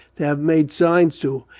to have made signs to,